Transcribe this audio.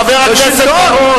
חבר הכנסת בר-און.